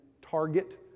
target